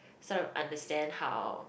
so understand how